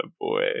boy